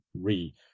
re